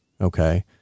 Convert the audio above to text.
Okay